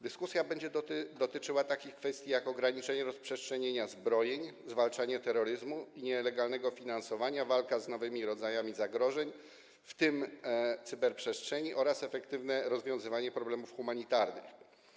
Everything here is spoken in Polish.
Dyskusja będzie dotyczyła takich kwestii jak ograniczenie rozprzestrzeniania zbrojeń, zwalczanie terroryzmu i nielegalnego finansowania, walka z nowymi rodzajami zagrożeń, w tym w cyberprzestrzeni, oraz efektywne rozwiązywanie problemów humanitarnych.